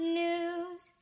news